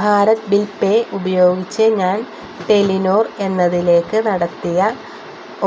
Bharat bill pay ഉപയോഗിച്ച് ഞാൻ Telenor എന്നതിലേക്കു നടത്തിയ